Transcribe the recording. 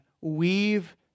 weave